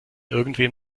irgendwem